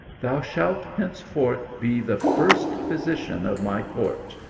thou shalt henceforth be the first physician of my court,